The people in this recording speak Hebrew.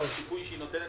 לבין השיפוי שהיא נותנת